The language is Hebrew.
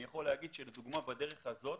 אני יכול לומר שלדוגמה בדרך הזאת